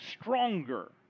stronger